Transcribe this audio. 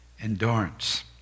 endurance